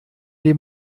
dem